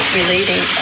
relating